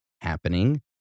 happening